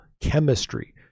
chemistry